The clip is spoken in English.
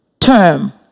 term